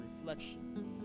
reflection